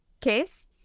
case